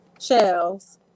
Shells